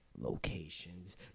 locations